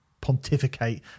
pontificate